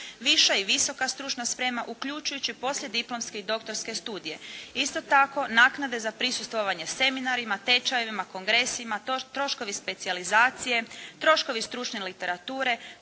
viša i visoka stručna sprema uključujući poslijediplomske i doktorske studije. Isto tako naknade za prisustvovanje seminarima, tečajevima, kongresima, troškovi specijalizacije, troškovi stručne literature,